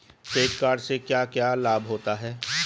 Credit card से क्या क्या लाभ होता है?